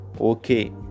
okay